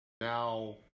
now